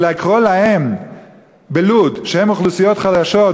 ולקרוא להם בלוד "אוכלוסיות חלשות",